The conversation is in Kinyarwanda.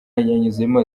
yunzemo